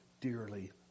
dearly